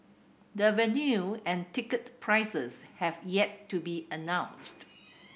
the venue and ticket prices have yet to be announced